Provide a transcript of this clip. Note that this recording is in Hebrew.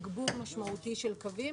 המנכ"לית ושאר בעלי התפקידים.